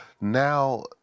Now